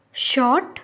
shot